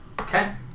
Okay